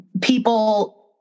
people